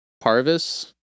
parvis